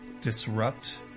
Disrupt